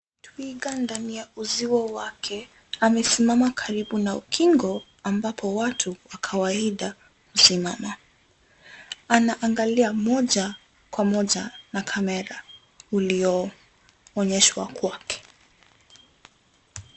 Twiga ndani ya uzio wake amesimama karibu na ukingo ambapo watu wa kawaida husimama. Anaangalia moja kwa moja na kamera ulioonyeshwa kwake.